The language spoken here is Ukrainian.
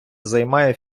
займає